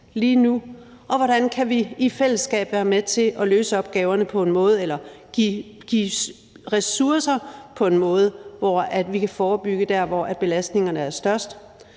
og hvordan vi i fællesskab kan være med til at løse opgaverne på en måde eller give ressourcer på en måde, hvor vi kan forebygge der, hvor belastningerne er størst.